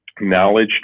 knowledge